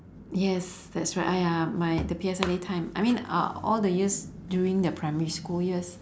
yes that's right !aiya! my the P_S_L_E time I mean uh all the years during the primary school years